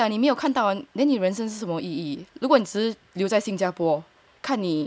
你没有看到 then 你人生什么意义如果只是留在新加坡看你